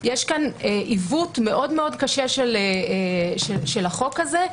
יש כאן עיוות מאוד מאוד קשה של החוק הזה.